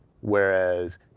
Whereas